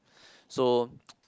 so